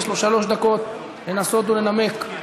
יש לו שלוש דקות לנסות לנמק,